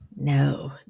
No